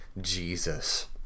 Jesus